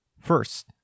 First